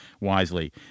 wisely